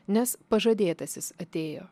nes pažadėtasis atėjo